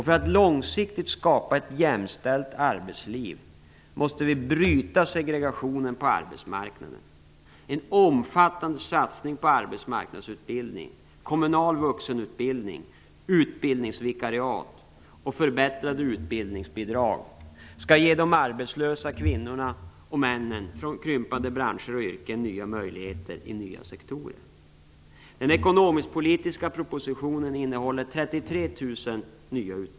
För att långsiktigt skapa ett jämställt arbetsliv måste vi bryta segregationen på arbetsmarknaden. En omfattande satsning på arbetsmarknadsutbildning, kommunal vuxenutbildning, utbildningsvikariat och förbättrade utbildningsbidrag skall ge de arbetslösa kvinnorna och männen från krympande branscher och yrken nya möjligheter i nya sektorer.